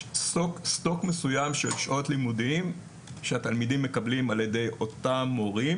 יש סטוק מסוים של שעות לימודים שהתלמידים מקבלים על-ידי אותם מורים.